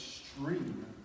extreme